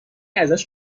ازش